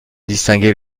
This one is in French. distinguer